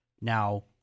Now